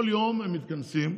כל יום הם מתכנסים,